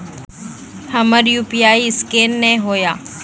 हमर UPI scan नेय हो या?